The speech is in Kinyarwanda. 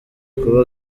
kuba